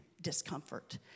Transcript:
discomfort